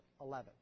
11